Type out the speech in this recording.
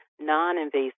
non-invasive